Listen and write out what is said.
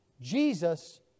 Jesus